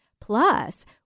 Plus